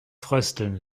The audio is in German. frösteln